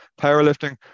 powerlifting